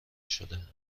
شدهاند